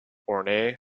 horne